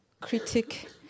critic